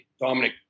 Dominic